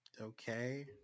Okay